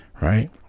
Right